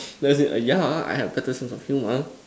as in err yeah I have better sense of humour